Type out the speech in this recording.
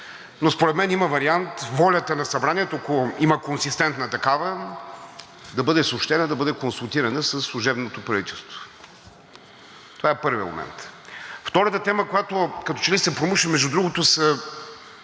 но според мен има вариант волята на Събранието, ако има консистентна такава, да бъде съобщена, да бъде консултирана със служебното правителство. Това е първият момент. Втората тема, която като че ли се промуши между другото, са